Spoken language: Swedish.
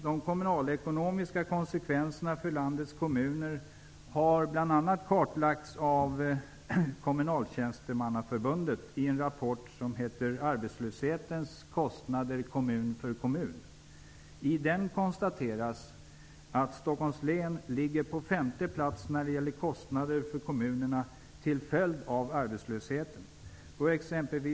De kommunalekonomiska konsekvenserna för många kommuner har bl.a. kartlagts av SKTF i en rapport som heter ''Arbetslöshetens kostnader kommun för kommun''. I den konstateras att Stockholms län ligger på femte plats när det gäller kostnader för kommunerna till följd av arbetslösheten.